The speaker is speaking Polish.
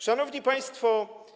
Szanowni Państwo!